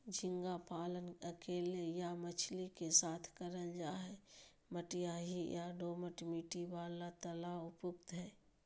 झींगा पालन अकेले या मछली के साथ करल जा हई, मटियाही या दोमट मिट्टी वाला तालाब उपयुक्त हई